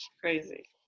Crazy